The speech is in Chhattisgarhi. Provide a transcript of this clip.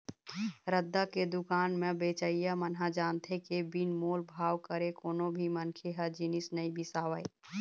रद्दा के दुकान म बेचइया मन ह जानथे के बिन मोल भाव करे कोनो भी मनखे ह जिनिस नइ बिसावय